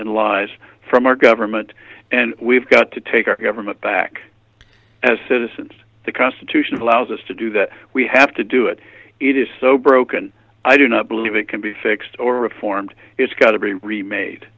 and lies from our government and we've got to take our government back as citizens the constitution allows us to do that we have to do it it is so broken i do not believe it can be fixed or reformed it's got to be remade